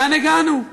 לאן הגענו?